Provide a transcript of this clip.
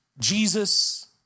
Jesus